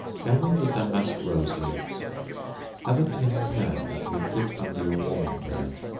gather the damask rose leaves have a tin pan that will fit under your warming-pan